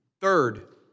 Third